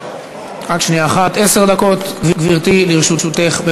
עשר דקות, גברתי, לרשותך.